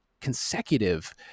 consecutive